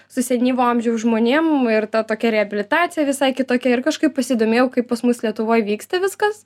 su senyvo amžiaus žmonėm ir ta tokia reabilitacija visai kitokia ir kažkaip pasidomėjau kaip pas mus lietuvoj vyksta viskas